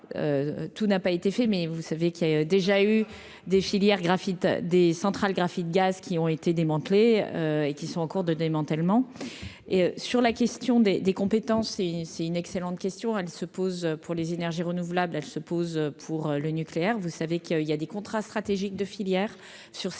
tout n'a pas été fait, mais vous savez qu'il y a déjà eu des filière graphite des centrales graphite-gaz qui ont été démantelées et qui sont en cours de démantèlement et sur la question des des compétences et c'est une excellente question, elle se pose pour les énergies renouvelables, elle se pose pour le nucléaire, vous savez qu'il il y a des contrats stratégique de filière sur ces différentes